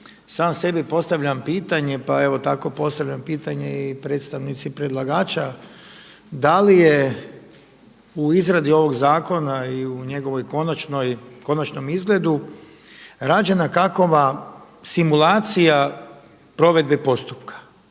sam sebi postavljam pitanje pa evo tako postavljam pitanje i predstavnici predlagača da li je u izradi ovog zakona i u njegovoj konačnoj, konačnom izgledu rađena kakva simulacija provedbe postupka